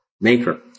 Maker